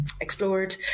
explored